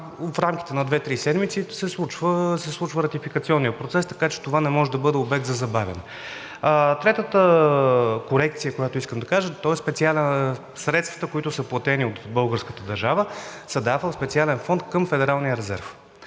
в рамките на две-три седмици се случва ратификационният процес, така че това не може да бъде обект за забавяне. Третата корекция, която искам да кажа, то е средствата, които са платени от българската държава, се дават в одобрителен фонд към Федералния резерв.